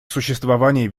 существование